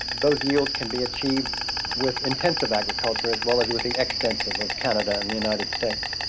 those yields can be achieved with intensive agriculture as well as with the extensive of canada and the united states.